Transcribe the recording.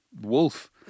wolf